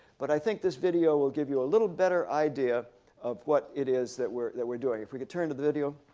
but i think this video will give you a little better idea of what it is that we're that we're doing. if we could turn to the video.